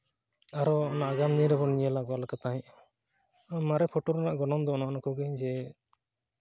ᱟᱨᱚ ᱟᱜᱟᱢ ᱫᱤᱱ ᱨᱮᱵᱚᱱ ᱧᱮᱞᱟ ᱚᱠᱟ ᱞᱮᱠᱟ ᱛᱟᱦᱮᱸᱫ ᱢᱟᱨᱮ ᱯᱷᱳᱴᱳ ᱨᱮᱱᱟᱜ ᱜᱚᱱᱚᱝ ᱫᱚ ᱚᱱᱟ ᱠᱚᱜᱮ ᱡᱮ